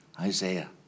Isaiah